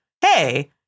hey